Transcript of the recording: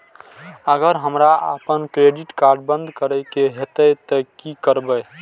अगर हमरा आपन क्रेडिट कार्ड बंद करै के हेतै त की करबै?